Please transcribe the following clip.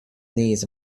knees